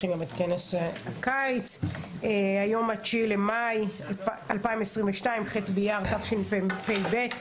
היום ח' באייר התשפ"ב,